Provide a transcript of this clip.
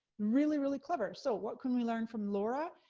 really, really clever. so what can we learn from laura?